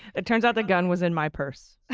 it turns out the gun was in my purse. of